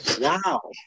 Wow